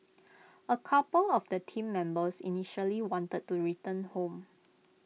A couple of the Team Members initially wanted to return home